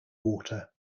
water